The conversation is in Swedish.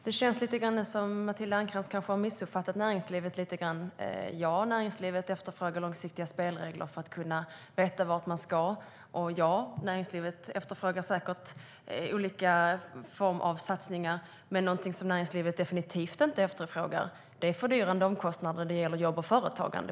Herr talman! Det känns som att Matilda Ernkrans kanske har missuppfattat näringslivet lite grann. Ja, näringslivet efterfrågar långsiktiga spelregler för att kunna veta vart de ska. Och ja, näringslivet efterfrågar säkert olika former av satsningar. Men något som näringslivet definitivt inte efterfrågar är fördyrande omkostnader när det gäller jobb och företagande.